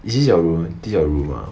is this your room this your room ah